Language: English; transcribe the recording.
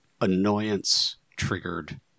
annoyance-triggered